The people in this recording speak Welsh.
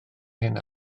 hyn